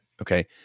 Okay